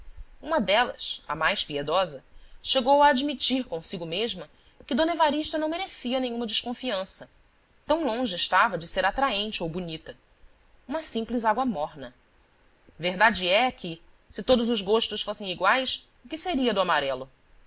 uma delas a mais piedosa chegou a admitir consigo mesma que d evarista não merecia nenhuma desconfiança tão longe estava de ser atraente ou bonita uma simples água morna verdade é que se todos os gostos fossem iguais o que seria do amarelo